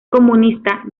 comunista